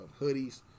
Hoodies